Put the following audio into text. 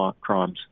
crimes